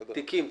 תיקים.